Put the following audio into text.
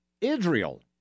Israel